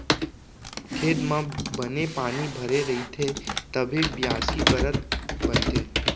खेत म बने पानी भरे रइथे तभे बियासी करत बनथे